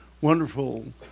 wonderful